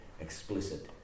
explicit